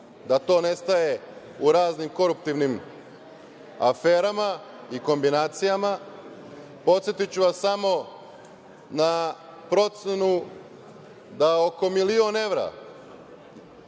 da to nestaje u raznim koruptivnim aferama i kombinacijama. Podsetiću vas samo na procenu da oko milion evra